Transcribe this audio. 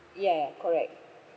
yeah correct